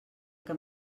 que